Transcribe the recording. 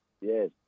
yes